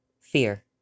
Fear